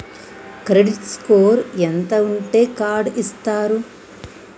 Credit score ఎంత ఉంటే card ఇస్తారు?